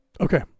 Okay